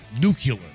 nuclear